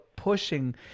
pushing